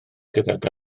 gydag